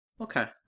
Okay